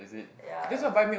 ya I